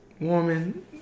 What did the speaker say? Woman